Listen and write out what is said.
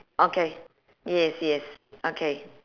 okay yes yes okay